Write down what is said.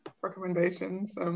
recommendations